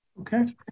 Okay